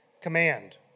command